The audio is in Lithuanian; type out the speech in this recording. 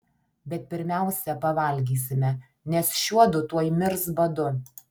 bet pirmiausia pavalgysime nes šiuodu tuoj mirs badu